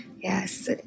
Yes